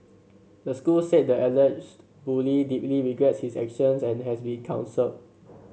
the school said the alleged bully deeply regrets his actions and has been counselled